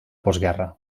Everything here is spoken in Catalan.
postguerra